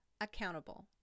accountable